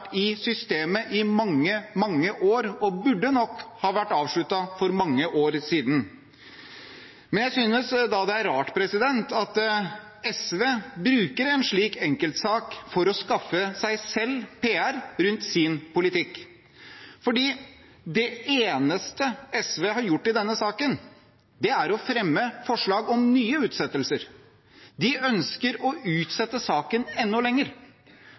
i systemet i mange, mange år og burde nok ha vært avsluttet for mange år siden. Jeg synes det er rart at SV bruker en slik enkeltsak til å skaffe seg selv PR rundt sin politikk. Det eneste SV har gjort i denne saken, er å fremme forslag om nye utsettelser. De ønsker å utsette saken enda lenger.